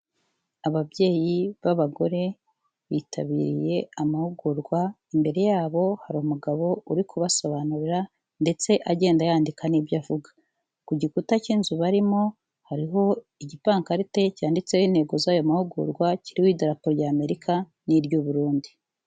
Ababyeyi b'abagore bitabiriye amahugurwa, imbere yabo hari umugabo uri kubasobanurira ndetse agenda yandika n'ibyo avuga, ku gikuta cy'inzu barimo hariho igipankarite, cyanditseho intego z'ayo mahugurwa, kiriho idarapo ry' Amerika ni iry' Uburundi.